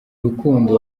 rukundo